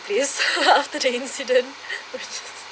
this after the incident